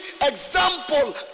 example